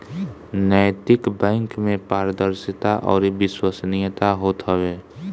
नैतिक बैंक में पारदर्शिता अउरी विश्वसनीयता होत हवे